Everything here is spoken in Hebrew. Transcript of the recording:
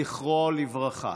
זכרו לברכה.